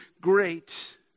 great